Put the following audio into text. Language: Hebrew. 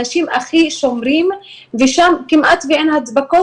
אנשים הכי שומרים ושם כמעט שאין הדבקות